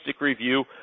review